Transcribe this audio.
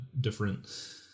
different